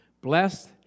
blessed